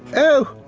oh,